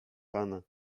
pana